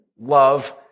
Love